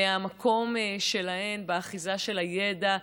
והמקום שלהן באחיזה של הידע,